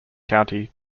county